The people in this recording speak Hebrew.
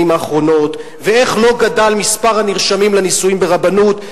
האחרונות ואיך לא גדל מספר הנרשמים לנישואים ברבנות,